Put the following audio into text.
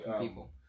people